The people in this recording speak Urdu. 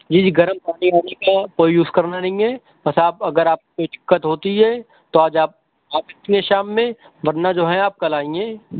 جى جى گرم پانى وانی كا كوئى يوز كرنا نہیں ہے بس آپ اگر آپ کو کچھ دقت ہوتی ہے تو آج آپ آ سکتی ہیں شام میں ورنہ جو ہے آپ کل آئیے